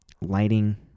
lighting